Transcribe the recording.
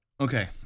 Okay